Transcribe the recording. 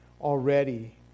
already